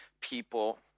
people